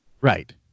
Right